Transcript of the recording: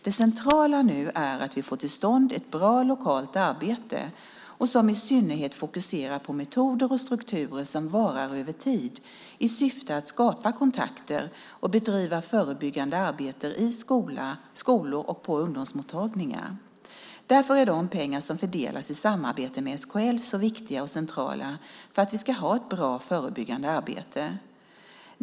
Det centrala nu är att vi får till stånd ett bra lokalt arbete som i synnerhet fokuserar på metoder och strukturer som varar över tid i syfte att skapa kontakter och bedriva förebyggande arbete i skolor och på ungdomsmottagningar. Därför är de pengar som fördelas i samarbete med SKL så viktiga och centrala, för att vi ska ha ett bra förebyggande arbete.